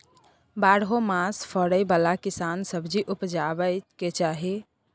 बारहो मास फरै बाला कैसन सब्जी उपजैब के चाही?